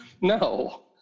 No